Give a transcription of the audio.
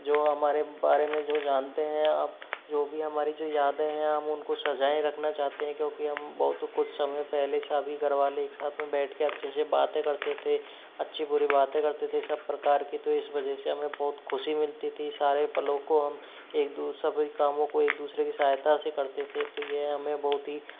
जो हमारे बारे में जो जानते हैं आप जो भी हमारी जो यादें हैं हम उनको सजाए रखना चाहते हैं क्योंकि हम बहुत कुछ समय पहले सभी घरवाले एक साथ में बैठके अच्छे से बातें करते थे अच्छी बुरी बातें करते थे सब प्रकार की तो इस वजह से हमें बहुत ख़ुशी मिलती थी सारे पलों को हम एक दूर सभी कामों को एक दूसरे की सहायता से करते थे तो ये हमें बहुत ही